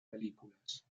películas